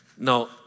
No